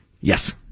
Yes